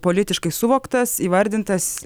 politiškai suvoktas įvardintas